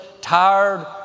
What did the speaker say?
tired